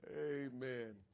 Amen